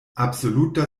absoluta